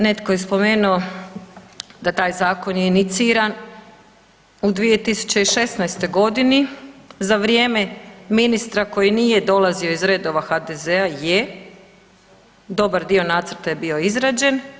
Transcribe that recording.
Netko je spomenuo da taj zakon je iniciran u 2016. godini za vrijeme ministra koji nije dolazio iz redova HDZ-a, je, dobar dio nacrta je bio izrađen.